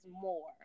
more